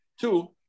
Two